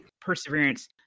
perseverance